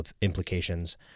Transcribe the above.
implications